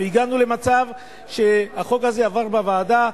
והגענו למצב שהחוק הזה עבר בוועדה,